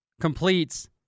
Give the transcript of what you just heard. completes